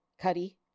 Cuddy